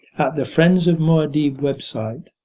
the friends of muad'dib website